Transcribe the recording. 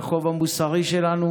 והחוב המוסרי שלנו